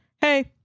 hey